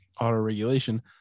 auto-regulation